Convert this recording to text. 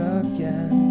again